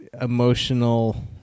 emotional